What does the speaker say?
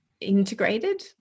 integrated